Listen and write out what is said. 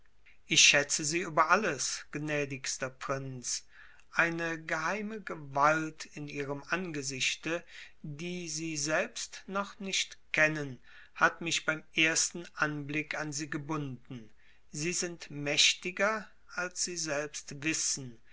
ich schätze sie über alles gnädigster prinz eine geheime gewalt in ihrem angesichte die sie selbst noch nicht kennen hat mich beim ersten anblick an sie gebunden sie sind mächtiger als sie selbst wissen